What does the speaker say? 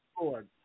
Lord